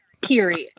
period